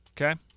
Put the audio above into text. Okay